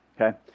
Okay